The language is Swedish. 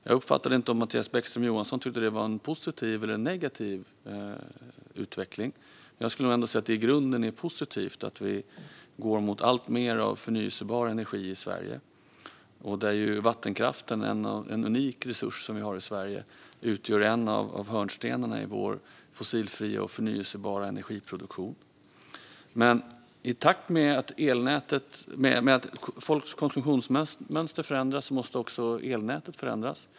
Jag uppfattade inte om Mattias Bäckström Johansson tyckte att det var en positiv eller en negativ utveckling, men jag skulle nog ändå säga att det i grunden är positivt att vi går mot alltmer av förnybar energi i Sverige. Där är Sveriges vattenkraft en unik resurs som utgör en av hörnstenarna i vår fossilfria och förnybara energiproduktion. I takt med att folks konsumtionsmönster förändras måste också elnätet förändras.